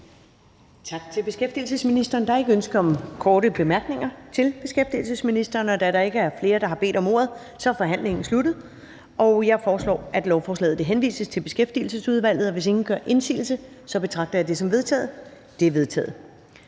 Tak til beskæftigelsesministeren. Der er ikke ønske om korte bemærkninger til beskæftigelsesministeren. Da der ikke er flere, der har bedt om ordet, er forhandlingen sluttet. Jeg foreslår, at lovforslaget henvises til Beskæftigelsesudvalget, og hvis ingen gør indsigelse, betragter jeg det som vedtaget. Det er vedtaget.